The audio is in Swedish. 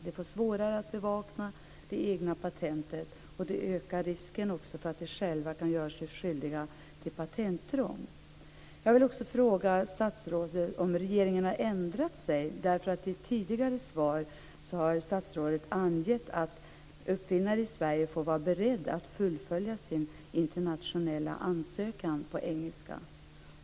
De får svårare att bevaka det egna patentet, och det här ökar risken för att de själva kan göra sig skyldiga till patentintrång. Jag vill också fråga statsrådet om regeringen har ändrat sig. I ett tidigare svar har nämligen statsrådet angett att uppfinnare i Sverige får vara beredda att fullfölja sin internationella ansökan på engelska.